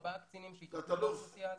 ארבעה קצינים שיטפלו באוכלוסייה הזאת.